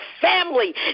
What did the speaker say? family